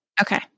Okay